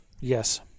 Yes